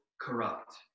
corrupt